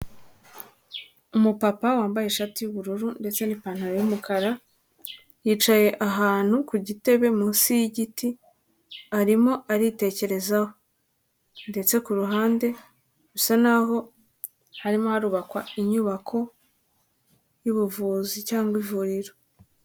Umupapa wambaye ishati y'ubururu ndetse nipantaro y'umukara, yicaye ahantu ku gitebe munsi yigiti arimo aritekerezaho, ndetse ku ruhande bisa naho harimo harubakwa inyubako y'ubuvuzi cyangwa ivuriro.